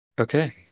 Okay